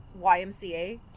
YMCA